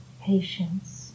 Patience